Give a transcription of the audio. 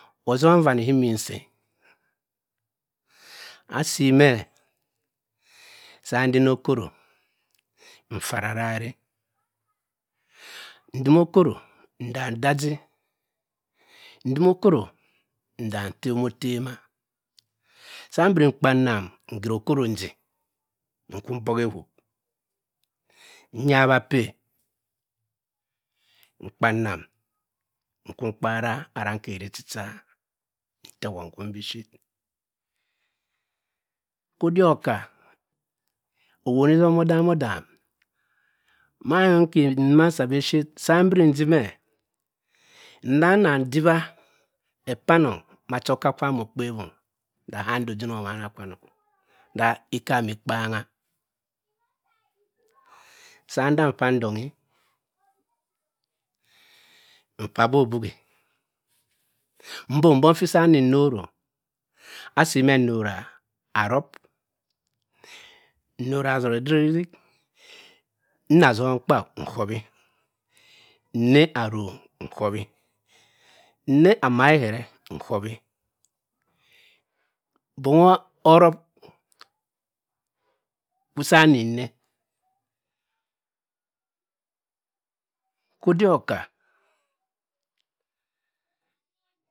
Ozum vani kimisay asymh sandino coro nd-mocoro nzasaallam ndimocoro ndatemotema sardimi kpanam nzimocoro njy, nku bhu-a-hu nyawaph nkpanam nkpara aranicary chicha ntewor ngwu kodi-o-ka owoni zum odamodam mannkyduma nsa bi shi sardbridimh nnazajwa epanong mhchur okar kwa okpehum caham do dh owana panong dh ee camy kpanwa sa nzani kpung ndongi n-kpah obu-obuchi mbu mbung saminɔray asymh arop nnorah azoazuwozuri nne azumkpa nkop nney arroy nkowy nney amieyere ancowe bong orop kwisamine kodioka.